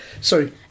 Sorry